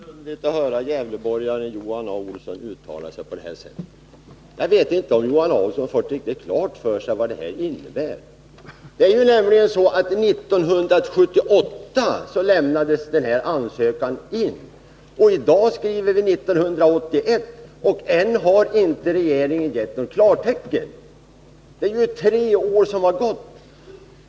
Herr talman! Det var förunderligt att här höra gävleborgaren Johan A. Olsson uttala sig på det här sättet. Jag vet inte om Johan A. Olsson fått riktigt klart för sig vad detta innebär. År 1978 lämnades nämligen den ansökan det här gäller in, och i dag skriver vi 1981 och ännu har inte regeringen gett något klartecken. Det är tre år som har gått.